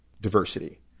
diversity